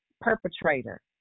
perpetrator